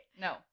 No